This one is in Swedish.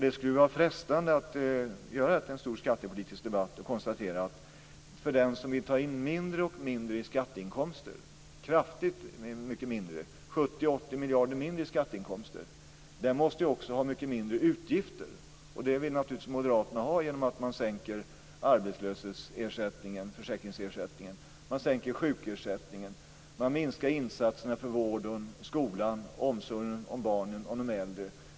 Det skulle vara frestande att göra det här till en stor skattepolitisk debatt och konstatera att den som vill ta in kraftigt mycket mindre i skatteinkomster - 70-80 miljarder mindre - också måste ha mindre utgifter. Det vill naturligtvis Moderaterna ha eftersom man vill sänka arbetslöshetsersättningen, försäkringsersättningen och sjukersättningen. Man minskar insatserna för vården, skolan samt omsorgen om barnen och de äldre.